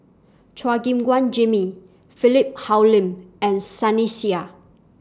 Chua Gim Guan Jimmy Philip Hoalim and Sunny Sia